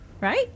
right